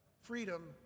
freedom